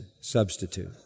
substitute